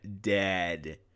dead